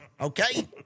okay